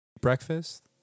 breakfast